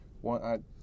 One